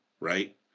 right